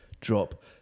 drop